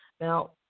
Now